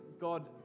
God